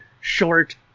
short